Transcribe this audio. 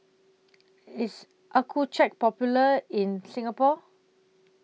IS Accucheck Popular in Singapore